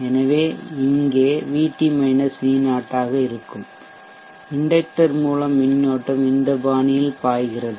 எனவே இங்கே VT V0 ஆக இருக்கும் இண்டெக்டர் மூலம் மின்னோட்டம் இந்த பாணியில் பாய்கிறது